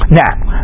now